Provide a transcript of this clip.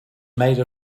made